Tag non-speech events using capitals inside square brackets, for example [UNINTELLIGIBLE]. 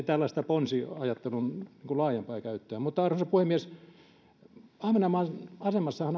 [UNINTELLIGIBLE] tällaista ponsiajattelun laajempaa käyttöä arvoisa puhemies ahvenmaan asemassahan [UNINTELLIGIBLE]